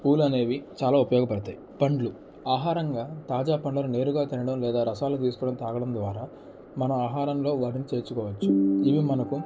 పూలు అనేవి చాలా ఉపయోగపడతాయి పండ్లు ఆహారంగా తాజా పండ్లను నేరుగా తినడం లేదా రసాలు తీసుకొని తాగడం ద్వారా మన ఆహారంలో వాటిని చేర్చుకోవచ్చు ఇవి మనకు